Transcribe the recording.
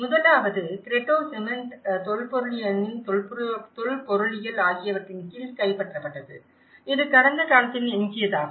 முதலாவது கிரெட்டோ சிமெண்ட் தொல்பொருளியலின் தொல்பொருளியல் ஆகியவற்றின் கீழ் கைப்பற்றப்பட்டது இது கடந்த காலத்தின் எஞ்சியதாகும்